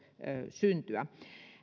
syntyä